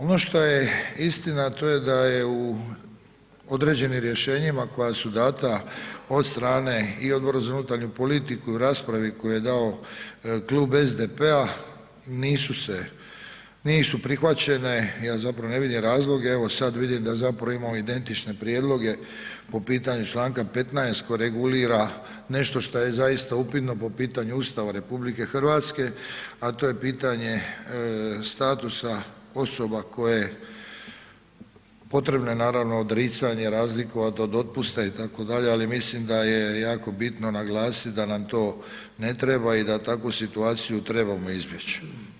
Ono što je istina a to je da je u određenim rješenjima koja su dana od strane i Odbora za unutarnju politiku i u raspravi koju je dao klub SDP-am, nisu prihvaćene, ja zapravo ne vidim razlog, evo sad vidim da zapravo vidimo identične prijedloge po pitaju članka 15. koji regulira nešto šta je zaista upitno po pitanju Ustava RH a to je pitane statusa osoba koje, potrebno je naravno odricanje, razlikovanje od otpusta itd. ali mislim da je jako bitno naglasiti da nam to ne treba i da takvu situaciju trebamo izbjeći.